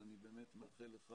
אני באמת מאחל לך